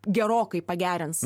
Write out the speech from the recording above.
gerokai pagerins